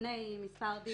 לפני מספר דיונים.